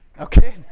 Okay